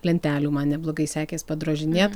lentelių man neblogai sekės padrožinėt